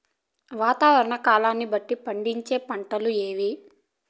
వాతావరణ కాలాన్ని బట్టి పండించే పంటలు ఏవి?